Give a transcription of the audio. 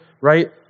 right